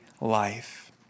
life